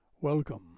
welcome